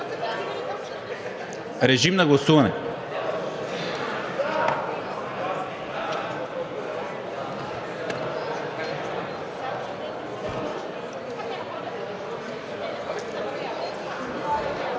Режим на гласуване.